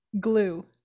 Glue